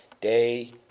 day